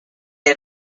had